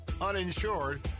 uninsured